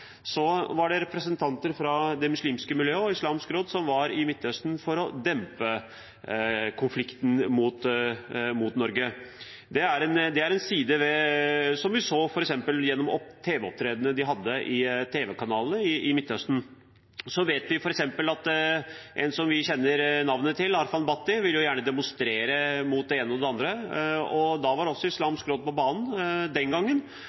var representanter fra det muslimske miljøet og Islamsk Råd Norge i Midtøsten for å dempe konflikten med Norge. Det så vi gjennom tv-opptredenene de hadde i tv-kanaler i Midtøsten. Så vet vi at en vi kjenner navnet til, Arfan Bhatti, gjerne ville demonstrere mot både det ene og det andre, og også den gangen kom Islamsk Råd Norge på banen og sa at de ikke støttet opp under dette, og de oppfordret folk til ikke å dukke opp på den